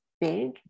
big